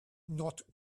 not